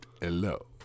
Hello